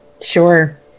sure